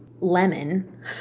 lemon